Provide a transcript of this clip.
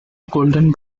golden